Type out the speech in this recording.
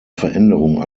veränderung